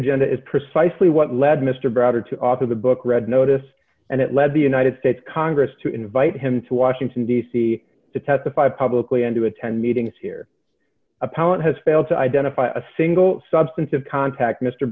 agenda is precisely what led mr browder to offer the book red notice and it led the united states congress to invite him to washington d c to testify publicly and to attend meetings here appellant has failed to identify a single substantive contact mr